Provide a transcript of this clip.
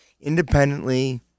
independently